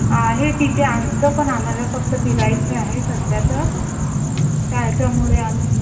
आहे तिथे आमचं पण आम्हाला फक्त फिरायचं आहे सध्या तर त्या ह्याच्यामुळे आम्ही